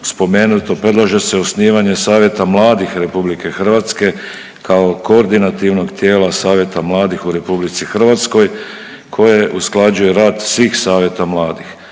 spomenuto predlaže se osnivanje Savjeta mladih Republike Hrvatske kao koordinativnog tijela Savjeta mladih u Republici Hrvatskoj koje usklađuje rad svih Savjeta mladih,